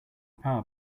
power